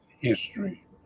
history